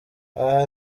aha